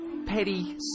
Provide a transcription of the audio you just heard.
Petty